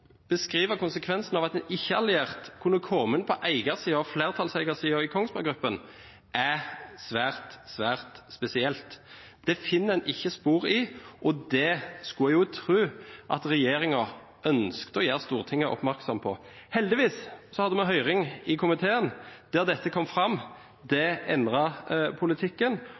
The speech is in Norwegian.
beskrive konsekvensen av at en ikke-alliert kunne komme inn på flertallseiersiden i Kongsberg Gruppen, er svært spesielt. Det finner en ikke spor av, og det skulle en tro at regjeringen ønsket å gjøre Stortinget oppmerksom på. Heldigvis hadde vi høring i komiteen der dette kom fram. Det